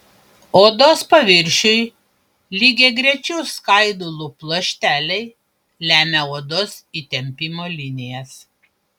odos paviršiui lygiagrečių skaidulų pluošteliai lemia odos įtempimo linijas